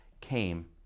came